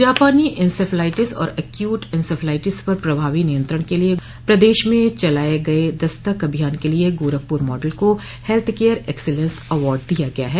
जापानी इंसेफ्लाइटिस और acute encephalitis पर प्रभावी नियंत्रण के लिये प्रदेश में चलाये गये दस्तक अभियान के गोरखपुर माडल को हेल्थकेयर एक्सीलेंस अवार्ड दिया गया है